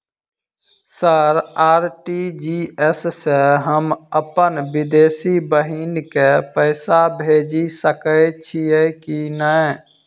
Sir RTGS सँ हम अप्पन विदेशी बहिन केँ पैसा भेजि सकै छियै की नै?